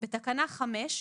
בתקנה 5,